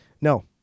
No